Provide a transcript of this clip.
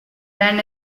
ran